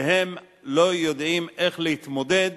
שלא יודעים איך להתמודד